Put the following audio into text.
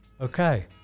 Okay